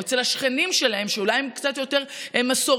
אצל השכנים שלהם שאולי הם קצת יותר מסורתיים,